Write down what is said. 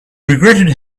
regretted